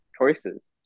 choices